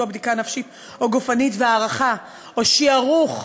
בדיקה נפשית או גופנית והערכה או שיערוך,